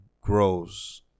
grows